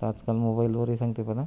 तर आजकाल मोबाईलवरही सांगते म्हणा